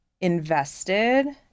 invested